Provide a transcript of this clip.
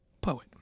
poet